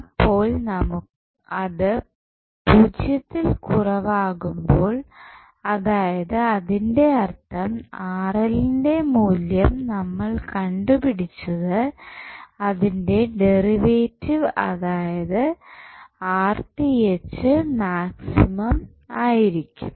അപ്പോൾ അത് പൂജ്യത്തിൽ കുറവാകുമ്പോൾ അതായത് അതിൻറെ അർത്ഥം ന്റെ മൂല്യം നമ്മൾ കണ്ടുപിടിച്ചത് അതിന്റെ ഡെറിവേറ്റീവ് അതായത് മാക്സിമം ആയിരിക്കും